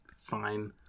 fine